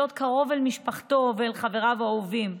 להיות קרוב למשפחתו ולחבריו האוהבים,